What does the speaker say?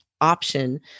option